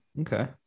Okay